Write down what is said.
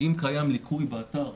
אם קיים ליקוי באתר